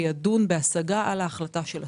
שידון בהשגה על ההחלטה של עצמו.